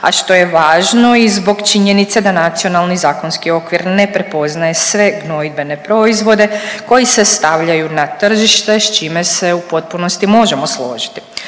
a što je važno i zbog činjenice da nacionalni zakonski okvir ne prepoznaje sve gnojidbene proizvode koji se stavljaju na tržište s čime se u potpunosti možemo složiti.